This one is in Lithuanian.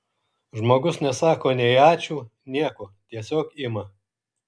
žmogus nesako nei ačiū nieko tiesiog ima